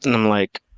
and i'm like,